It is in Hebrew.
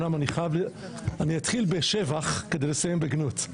אני אתחיל בשבח כדי לסיים בגנות.